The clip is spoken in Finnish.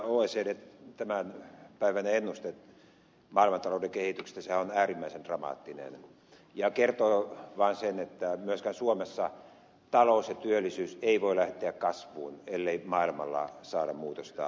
tämä oecdn tämänpäiväinen ennuste maailmantalouden kehityksestä on äärimmäisen dramaattinen ja kertoo vaan sen että myöskään suomessa talous ja työllisyys eivät voi lähteä kasvuun ellei maailmalla saada muutosta aikaan